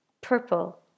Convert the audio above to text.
purple